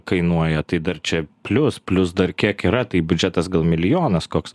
kainuoja tai dar čia plius plius dar kiek yra tai biudžetas gal milijonas koks